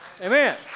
Amen